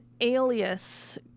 alias